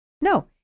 No